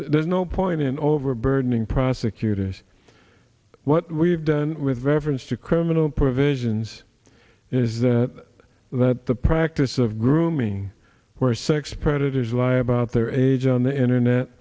there's no point in overburdening prosecutors what we've done with reference to criminal provisions is that that the practice of grooming where sex predators lie about their age on the internet